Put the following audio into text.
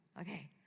Okay